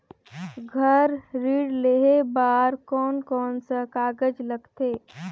घर ऋण लेहे बार कोन कोन सा कागज लगथे?